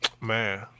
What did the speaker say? Man